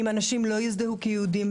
אם אנשים לא יזדהו כיהודים,